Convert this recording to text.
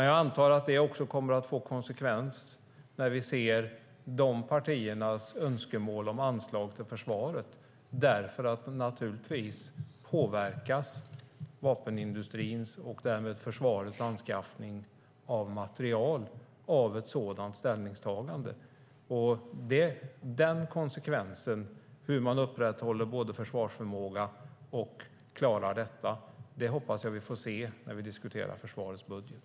Jag antar dock att det också kommer att få konsekvenser när vi ser dessa partiers önskemål om anslag till försvaret, för naturligtvis påverkas vapenindustrins och därmed försvarets anskaffning av materiel av ett sådant ställningstagande. Den konsekvensen, hur man upprätthåller både försvarsförmåga och klarar detta, hoppas jag att vi får se när vi diskuterar försvarets budget.